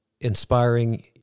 inspiring